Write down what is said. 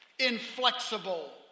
inflexible